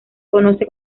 conoce